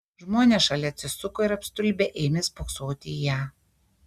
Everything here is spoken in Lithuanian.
žmonės šalia atsisuko ir apstulbę ėmė spoksoti į ją